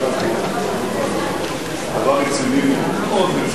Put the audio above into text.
דבר רציני מאוד,